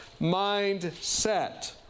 mindset